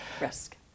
risk